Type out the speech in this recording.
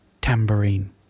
tambourine